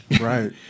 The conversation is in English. right